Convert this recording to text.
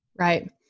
Right